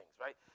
right